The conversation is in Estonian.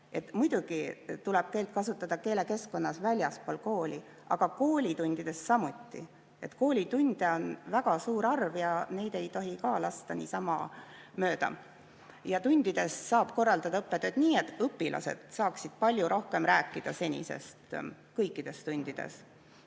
Muidugi tuleb keelt kasutada keelekeskkonnas väljaspool kooli, aga koolitundides samuti. Koolitunde on väga suur arv ja neid ei tohi ka lasta niisama mööda. Tundides saab korraldada õppetööd nii, et õpilased saaksid kõikides tundides